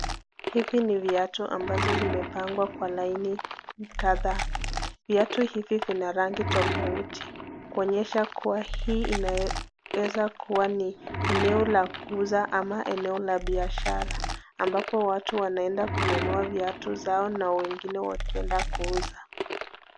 Hizi ni viatu ambazo zimepangwa kwa laini kadhaa. Viatu hivi vina rangi tofauti kuonyesha hii inaweza kuwa ni inaweza kuwa eneo la kuuza ama eneo la biashara ambapo watu wanaenda kununua viatu zao na wengine wakienda kuuza.